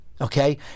okay